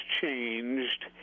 changed